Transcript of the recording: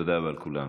תודה רבה לכולם.